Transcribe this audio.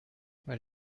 weil